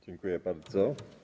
Dziękuję bardzo.